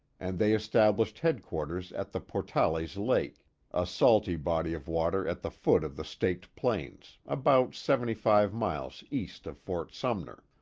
and they established headquarters at the portales lake a salty body of water at the foot of the staked plains, about seventy-five miles east of fort sumner.